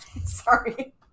Sorry